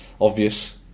obvious